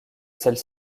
celle